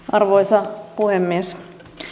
arvoisa puhemies